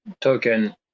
token